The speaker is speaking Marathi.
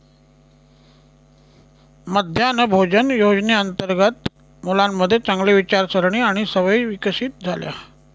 मध्यान्ह भोजन योजनेअंतर्गत मुलांमध्ये चांगली विचारसारणी आणि सवयी विकसित झाल्या